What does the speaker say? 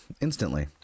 instantly